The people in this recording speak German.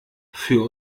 für